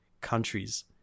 countries